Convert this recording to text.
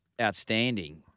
outstanding